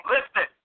Listen